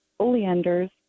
oleanders